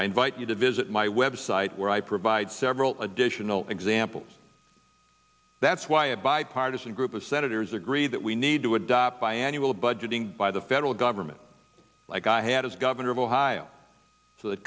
i invite you to visit my website where i provide several additional examples that's why a bipartisan group of senators agree that we need to adopt by annual budgeting by the federal government like i had as governor of ohio so th